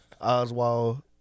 Oswald